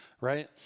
Right